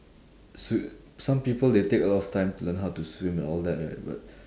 swi~ some people they take a lot of time to learn how to swim and all that right but